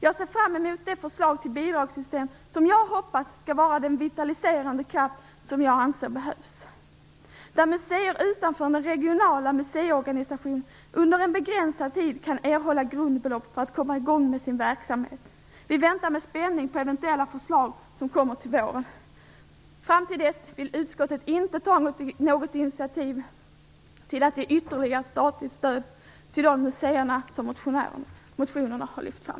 Jag ser fram emot ett förslag till bidragssystem som jag hoppas skall vara den vitaliserande kraft som jag anser behövs, där museer utanför den regionala museiorganisationen under en begränsad tid kan erhålla grundbelopp för att komma i gång med sin verksamhet. Vi väntar med spänning på eventuella förslag som kommer till våren. Till dess vill utskottet inte ta något initiativ till att ge ytterligare statligt stöd till de museer som motionärerna har lyft fram.